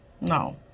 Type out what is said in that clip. no